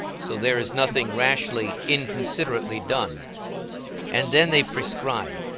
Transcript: so there is nothing rashly, inconsiderately done and then they prescribe,